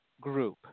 group